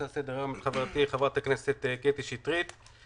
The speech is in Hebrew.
לסדר היום את חברתי חברת הכנסת קטי שטרית.